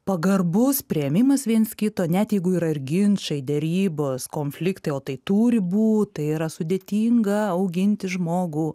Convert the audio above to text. pagarbos priėmimas viens kito net jeigu yra ir ginčai derybos konfliktai o tai turi būt tai yra sudėtinga auginti žmogų